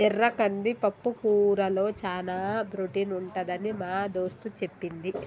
ఎర్ర కంది పప్పుకూరలో చానా ప్రోటీన్ ఉంటదని మా దోస్తు చెప్పింది